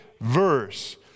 verse